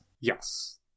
Yes